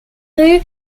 rues